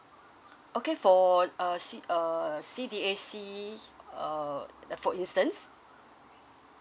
okay for uh C err C_D_A_C err for instance